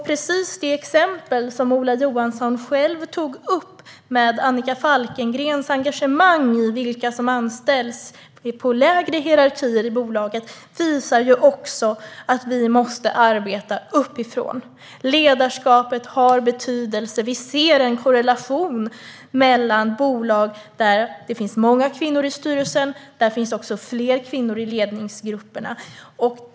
Precis det exempel som Ola Johansson själv tog upp - Annika Falkengrens engagemang i vilka som anställs i bolaget längre ned i hierarkin - visar att vi också måste arbeta uppifrån. Ledarskapet har betydelse. Vi ser en korrelation; i bolag där det finns många kvinnor i styrelsen finns det också fler kvinnor i ledningsgrupperna.